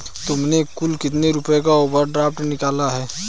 तुमने कुल कितने रुपयों का ओवर ड्राफ्ट निकाला है?